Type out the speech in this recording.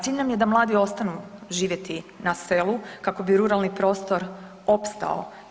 Cilj nam je da mladi ostanu živjeti na selu kako bi ruralni prostor opstao.